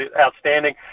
outstanding